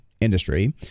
industry